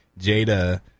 Jada